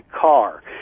car